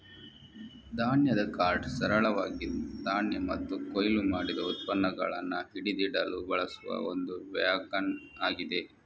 ಧಾನ್ಯದ ಕಾರ್ಟ್ ಸರಳವಾಗಿ ಧಾನ್ಯ ಮತ್ತು ಕೊಯ್ಲು ಮಾಡಿದ ಉತ್ಪನ್ನಗಳನ್ನ ಹಿಡಿದಿಡಲು ಬಳಸುವ ಒಂದು ವ್ಯಾಗನ್ ಆಗಿದೆ